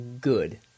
good